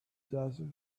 desert